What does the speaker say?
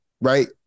Right